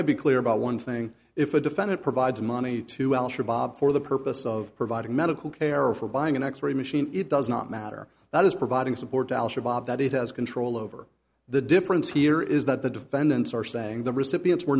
i'd be clear about one thing if a defendant provides money to al shabaab for the purpose of providing medical care or for buying an x ray machine it does not matter that is providing support to al shabaab that it has control over the difference here is that the defendants are saying the recipients were